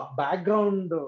background